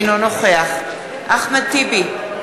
אינו נוכח אחמד טיבי,